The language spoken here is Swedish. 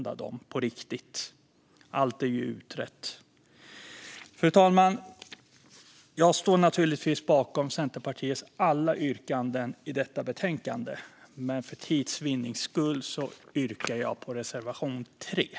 Allt är ju utrett. Fru talman! Jag står naturligtvis bakom Centerpartiets alla yrkanden i detta betänkande, men för tids vinnande yrkar jag bifall endast till reservation 2.